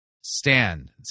stand